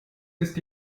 ist